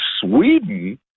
sweden